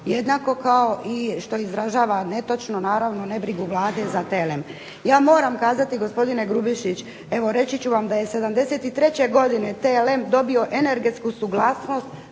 jednako kao i što izražava netočno naravno ne brigu Vlade za TLM. Ja moram kazati gospodine Grubišić, evo reći ću vam da je '73. godine TLM dobio energetsku suglasnost